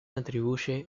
atribuye